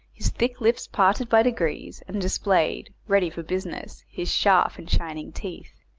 his thick lips parted by degrees, and displayed, ready for business, his sharp and shining teeth,